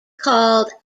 called